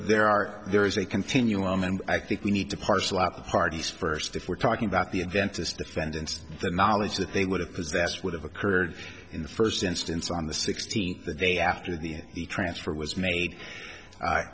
are there is a continuum and i think we need to parcel out the parties first if we're talking about the inventors defendants the knowledge that they would have possessed would have occurred in the first instance on the sixteenth the day after the transfer was made